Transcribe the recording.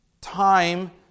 time